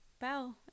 bell